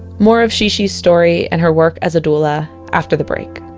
more of shishi's story and her work as a doula, after the break